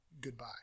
goodbye